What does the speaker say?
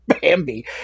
bambi